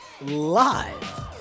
live